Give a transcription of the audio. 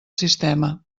sistema